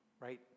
right